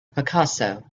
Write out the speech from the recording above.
picasso